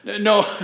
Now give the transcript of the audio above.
No